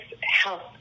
health